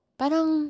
parang